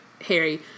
Harry